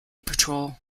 patrol